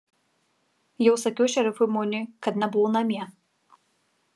jau sakiau šerifui muniui kad nebuvau namie